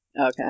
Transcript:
Okay